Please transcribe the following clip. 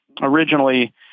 originally